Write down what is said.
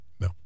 No